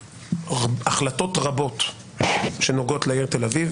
החלטות רבות שנוגעות לעיר תל אביב,